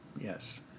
yes